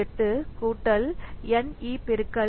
58 Ne 1